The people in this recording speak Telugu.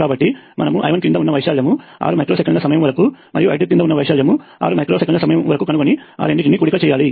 కాబట్టి మనము I1 క్రింద వున్నా వైశాల్యము 6 మైక్రో సెకన్ల సమయం వరకు మరియు I2 క్రింద వున్న వైశాల్యము 6 మైక్రో సెకన్ల సమయం వరకు కనుగొని ఆ రెండింటిని కూడిక చేయాలి